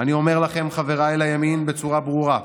אני אומר לכם, חבריי לימין, בצורה ברורה: